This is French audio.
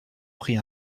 pris